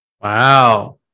Wow